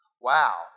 Wow